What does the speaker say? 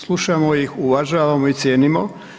Slušamo ih, uvažavamo i cijenimo.